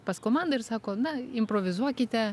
pas komandą ir sako na improvizuokite